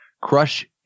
crush